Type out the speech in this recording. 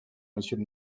monsieur